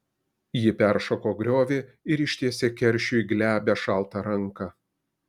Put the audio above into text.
ji peršoko griovį ir ištiesė keršiui glebią šaltą ranką